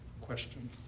question